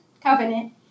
covenant